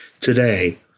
Today